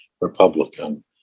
Republican